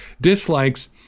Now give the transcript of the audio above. Dislikes